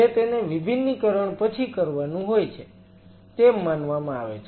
જે તેને વિભિન્નીકરણ પછી કરવાનું હોય છે તેમ માનવામાં આવે છે